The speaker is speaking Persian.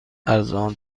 ارزان